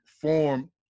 form